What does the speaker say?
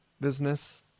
business